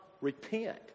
repent